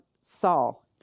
Saul